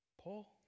Paul